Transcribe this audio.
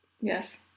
Yes